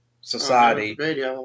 society